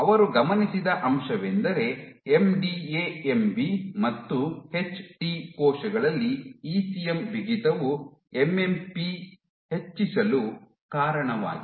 ಅವರು ಗಮನಿಸಿದ ಅಂಶವೆಂದರೆ ಎಂಡಿಎ ಎಂಬಿ ಮತ್ತು ಎಚ್ಟಿ ಕೋಶಗಳಲ್ಲಿ ಇಸಿಎಂ ಬಿಗಿತವು ಎಂಎಂಪಿ ಹೆಚ್ಚಿಸಲು ಕಾರಣವಾಗಿದೆ